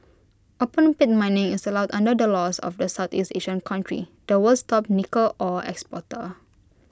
open pit mining is allowed under the laws of the Southeast Asian country the world's top nickel ore exporter